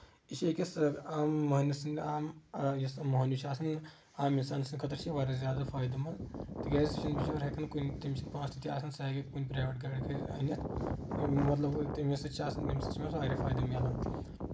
یہِ چھِ أکِس عام موہنوی سنٛدۍ عام یُس موہنیو چھُ آسان عام اِنسان سٕنٛد خٲطرٕ چھ یہِ واریاہ فٲیٚدٕ منٛد تِکیٚازِ یہِ چھُ نہٕ بِچور ہٮ۪کان کُنہِ تہِ تٔمِس چھِ نہٕ پونسہٕ تیٖتیا آسان سہُ ہیٚکہِ ہا کُنہِ پرایویٹ گاڑِ أنِتھ اَمیُک مطلب گوٚو تٔمِس سۭتۍ چھ آسان تٔمِس سۭتۍ چھ واریاہ فٲیدٕ مِلان